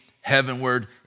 heavenward